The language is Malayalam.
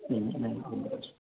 ഉം ഉം ഉം